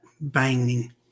banging